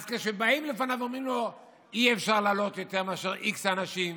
כשבאים אליו ואומרים לו שלא יכולים לעלות יותר מאשר x אנשים,